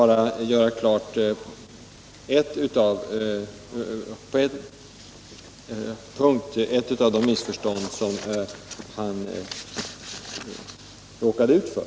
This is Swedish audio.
Jag skall bara reda ut ett av de missförstånd som han råkade ut för.